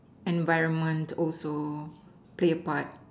environment also play a part